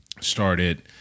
started